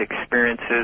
experiences